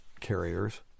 carriers